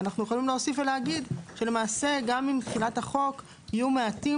ואנחנו יכולים להוסיף ולהגיד שלמעשה גם אם מבחינת החוק יהיו מעטים